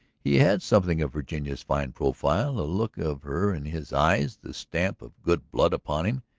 he had something of virginia's fine profile, a look of her in his eyes, the stamp of good blood upon him.